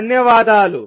ధన్యవాదాలు